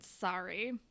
sorry